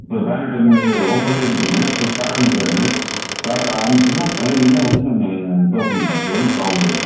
இப்போ பேனட்டு மூடி ஓப்பன்லயே இருக்கட்டுங்க இப்போ ஸ்டார்ட் பண்ணிப் பாருங்கள் ஸ்டார்ட் ஆணுச்சின்னால் இது மாதிரி என்ன வந்து நம்ம டோப் பண்ணிக்கலாம் சார் ஒன்றும் ப்ராப்லம் கிடையாது